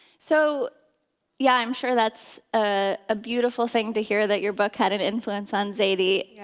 so yeah, i'm sure that's a beautiful thing to hear, that your book had an influence on zadie. yeah.